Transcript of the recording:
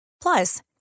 plus